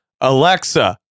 Alexa